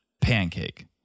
pancake